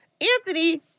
Anthony